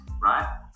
right